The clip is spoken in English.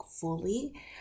fully